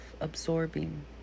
absorbing